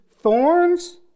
thorns